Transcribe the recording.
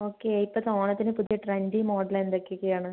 okay ഇപ്പോഴത്തെ ഓണത്തിന് പുതിയ ട്രെൻഡി മോഡൽ എന്തൊക്കെയാണ്